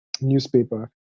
newspaper